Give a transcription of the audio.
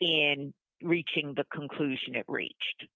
and reaching the conclusion it reached